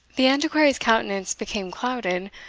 the antiquary's countenance became clouded,